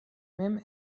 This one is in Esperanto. mem